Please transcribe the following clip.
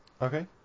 Okay